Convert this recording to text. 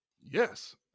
Yes